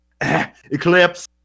Eclipse